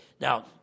Now